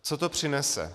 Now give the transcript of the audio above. Co to přinese?